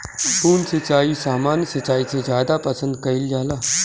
बूंद सिंचाई सामान्य सिंचाई से ज्यादा पसंद कईल जाला